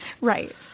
Right